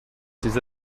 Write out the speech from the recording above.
ses